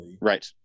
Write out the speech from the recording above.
Right